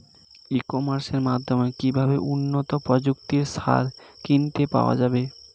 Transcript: ই কমার্সের মাধ্যমে কিভাবে উন্নত প্রযুক্তির সার কিনতে পাওয়া যাবে?